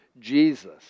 Jesus